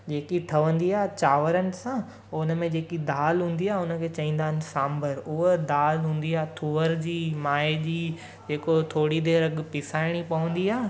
जेकी ठहंदी आहे चांवरनि सां पोइ उन में जेकी दाल हूंदी आहे उन खे चवंदा आहिनि सांभर उहा दाल हूंदी आहे तुअर जी मांए जी जेको थोरी देरि अॻु पिसाइणी पवंदी आहे